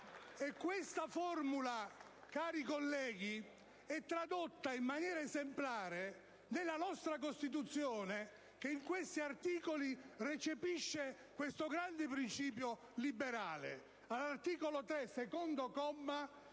Questa formula, cari colleghi, è tradotta in maniera esemplare nella nostra Costituzione, che nei suoi articoli recepisce questo grande principio liberale. All'articolo 3, secondo comma,